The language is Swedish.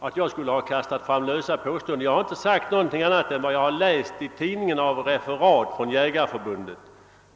Han sade att jag hade kastat fram lösa påståenden. Men jag har bara återgivit vad tidningarna har refererat